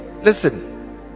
listen